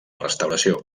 restauració